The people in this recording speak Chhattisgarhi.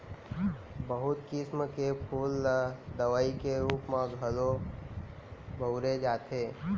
बहुत किसम के फूल ल दवई के रूप म घलौ बउरे जाथे